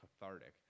cathartic